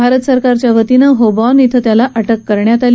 भारत सरकारच्या वतीनं होबॉर्न के त्याला अ के करण्यात आली